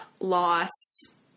loss